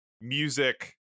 music